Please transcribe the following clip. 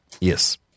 Yes